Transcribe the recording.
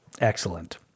Excellent